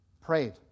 prayed